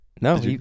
No